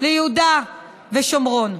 ליהודה ושומרון.